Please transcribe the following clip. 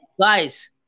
Guys